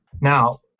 Now